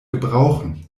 gebrauchen